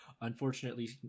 unfortunately